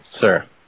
Sir